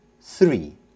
three